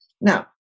Now